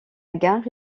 gare